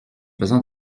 faisant